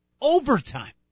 overtime